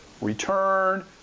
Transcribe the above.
return